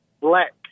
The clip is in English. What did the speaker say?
black